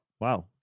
Wow